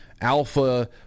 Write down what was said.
alpha